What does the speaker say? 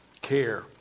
care